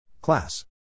Class